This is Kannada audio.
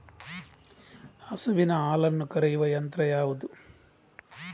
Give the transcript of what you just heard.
ಹಸುವಿನ ಹಾಲನ್ನು ಕರೆಯುವ ಯಂತ್ರ ಯಾವುದು?